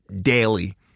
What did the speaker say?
daily